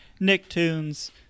Nicktoons